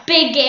Big